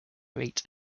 rate